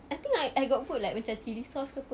I think I I got put like chili sauce ke apa